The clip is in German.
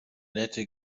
nette